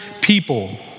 people